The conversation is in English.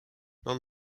non